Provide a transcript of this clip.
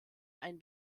ein